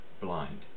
blind